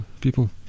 People